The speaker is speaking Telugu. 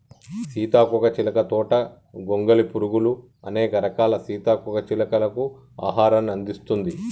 సీతాకోక చిలుక తోట గొంగలి పురుగులు, అనేక రకాల సీతాకోక చిలుకలకు ఆహారాన్ని అందిస్తుంది